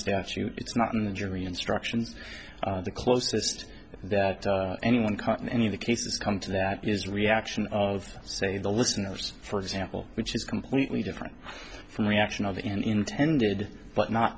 statute it's not in the jury instructions the closest that anyone caught in any of the cases come to that is reaction of say the listeners for example which is completely different from reaction of the intended but not